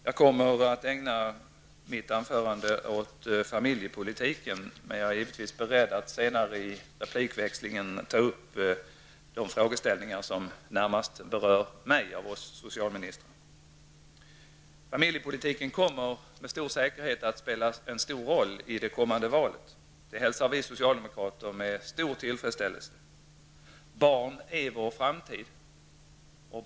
Herr talman! Jag kommer att ägna mitt anförande åt familjepolitiken, men jag är givetvis beredd att senare i replikväxlingen ta upp de frågeställningar som närmast berör mig av oss socialministrar. Familjepolitiken kommer med stor säkerhet att spela en stor roll i det kommande valet. Det hälsar vi socialdemokrater med stor tillfredsställelse. Barn är vår framtid.